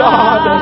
God